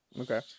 okay